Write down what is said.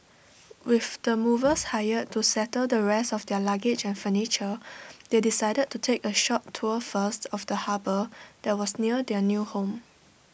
with the movers hired to settle the rest of their luggage and furniture they decided to take A short tour first of the harbour that was near their new home